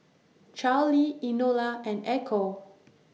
Charly Enola and Echo